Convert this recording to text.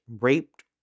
raped